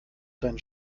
deinen